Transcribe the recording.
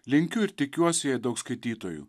linkiu ir tikiuosi jai daug skaitytojų